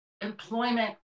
employment